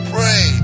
Pray